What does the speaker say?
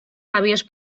àvies